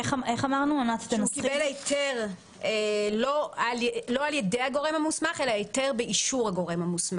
הוא קיבל היתר לא על ידי הגורם המוסמך אלא היתר באישור הגורם המוסמך.